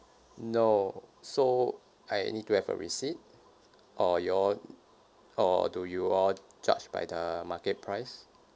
no so I need to have a receipt or you all or do you all judge by the market price